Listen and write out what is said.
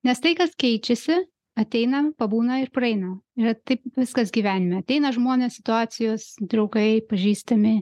nes tai kas keičiasi ateina pabūna ir praeina ir taip viskas gyvenime ateina žmonės situacijos draugai pažįstami